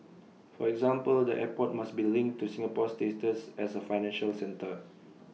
for example the airport must be linked to Singapore's status as A financial centre